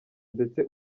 ndetse